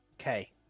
Okay